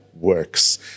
works